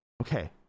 okay